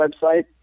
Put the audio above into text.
website